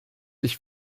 ich